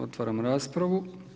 Otvaram raspravu.